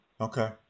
Okay